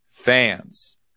fans